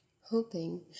hoping